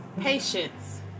Patience